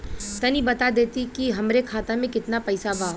तनि बता देती की हमरे खाता में कितना पैसा बा?